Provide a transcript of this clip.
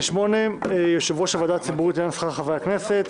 48) (יושב ראש הוועדה הציבורית לעניין שכר חברי הכנסת),